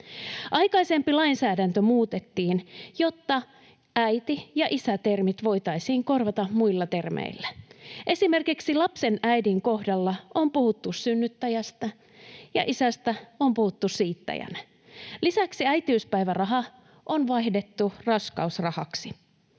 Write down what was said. Aikaisempi lainsäädäntö muutettiin, jotta äiti- ja isä-termit voitaisiin korvata muilla termeillä. Esimerkiksi lapsen äidin kohdalla on puhuttu synnyttäjästä ja isästä on puhuttu siittäjänä. Lisäksi äitiyspäiväraha on vaihdettu raskausrahaksi.